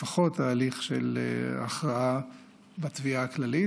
לפחות ההליך של הכרעה בתביעה הכללית.